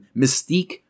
mystique